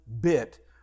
bit